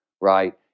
right